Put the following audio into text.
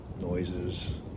noises